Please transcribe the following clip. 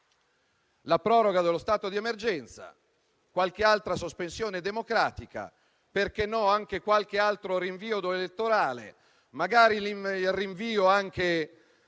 la proroga dello stato di emergenza, qualche altra sospensione democratica e - perché no? - anche qualche altro rinvio elettorale e magari anche